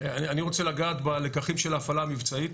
אני רוצה לגעת בלקחים של ההפעלה המבצעית.